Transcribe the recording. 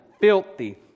filthy